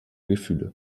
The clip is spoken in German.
gefühle